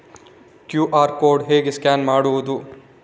QR code ಹೇಗೆ scan ಮಾಡುವುದು?